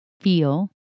feel